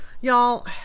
Y'all